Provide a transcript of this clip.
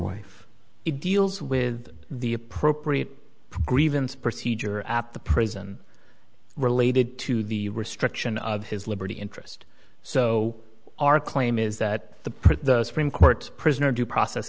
wife it deals with the appropriate grievance procedure at the prison related to the restriction of his liberty interest so our claim is that the print the supreme court prisoner due process